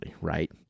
right